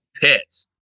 pets